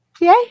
yay